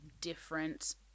different